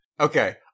Okay